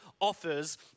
offers